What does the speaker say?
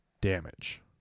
damage